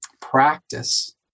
practice